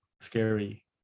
scary